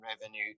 revenue